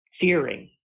fearing